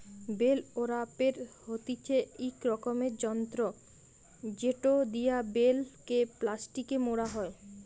bell ওরাপের হতিছে ইক রকমের যন্ত্র জেটো দিয়া বেল কে প্লাস্টিকে মোড়া হই